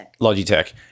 Logitech